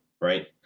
right